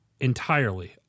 entirely